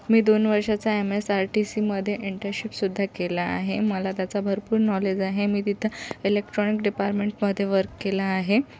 मी दोन वर्षाचा M S R T सीमध्ये इंटर्नशिपसुद्धा केला आहे मला त्याचा भरपूर नॉलेज आहे मी तिथं इलेक्ट्रॉनिक डिपार्टमेंटमध्ये वर्क केलं आहे